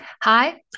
Hi